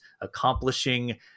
accomplishing